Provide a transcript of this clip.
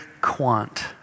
Quant